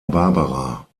barbara